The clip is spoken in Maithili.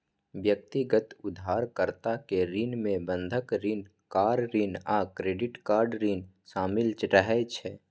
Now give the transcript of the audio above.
व्यक्तिगत उधारकर्ता के ऋण मे बंधक ऋण, कार ऋण आ क्रेडिट कार्ड ऋण शामिल रहै छै